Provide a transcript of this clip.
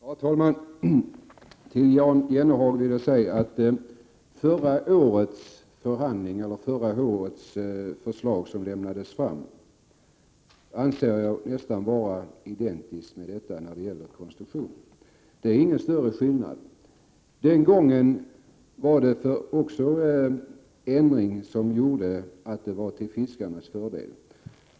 Herr talman! Till Jan Jennehag vill jag säga att jag anser det förslag som lades fram i förra årets förhandlingar till sin konstruktion var nästan identiskt med det årets. Också den ändring som gjordes den gången var till fiskarnas fördel.